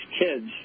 kids